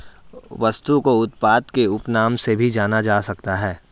वस्तु को उत्पाद के उपनाम से भी जाना जा सकता है